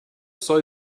soll